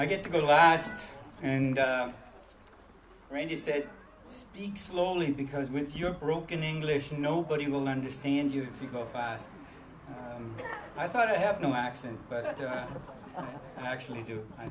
i get to go to last and randy said speak slowly because with your broken english nobody will understand you if you go fast i thought i have no accent but i actually do i